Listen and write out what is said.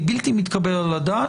זה בלתי מתקבל על הדעת.